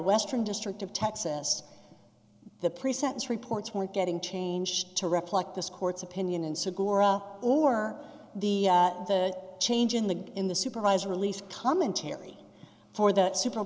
western district of texas the pre sentence reports were getting changed to reflect this court's opinion and so gora or the the change in the in the supervisor released commentary for the super